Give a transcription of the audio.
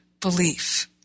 belief